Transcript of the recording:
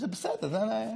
וזה בסדר,